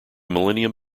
millennium